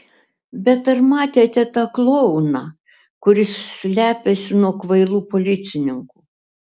bet ar matėte tą klouną kuris slepiasi nuo kvailų policininkų